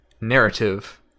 narrative